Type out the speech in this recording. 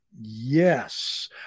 Yes